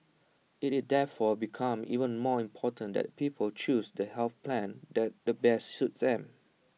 IT therefore becomes even more important that people choose the health plan that the best suits them